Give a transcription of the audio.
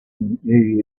knew